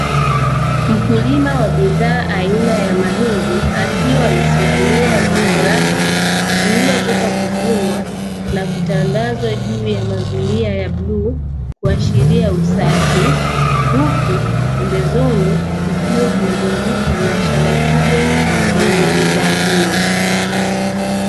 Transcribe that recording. Mkulima wa bidhaa aina ya mahindi akiwa amesimamia zao lake lililotoka kuvunwa na kutandazwa juu ya mazulia ya bluu kuashiria usafi, huku pembezoni kukiwa kumezungukwa na shamba kubwa lenye bidhaa hiyo.